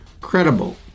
credible